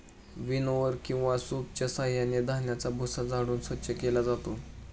विनओवर किंवा सूपच्या साहाय्याने धान्याचा भुसा झाडून स्वच्छ केला जातो